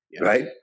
Right